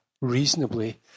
reasonably